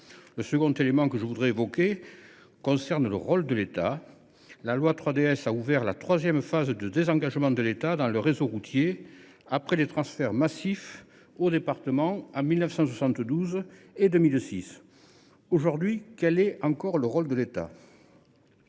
Le second élément que je voudrais évoquer concerne le rôle de l’État. La loi 3DS a ouvert la troisième phase de désengagement de l’État dans le réseau routier, après des transferts massifs aux départements en 1972 et 2006. Aujourd’hui, quel rôle l’État